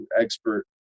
expert